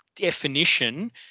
definition